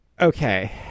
Okay